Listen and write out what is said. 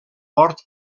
port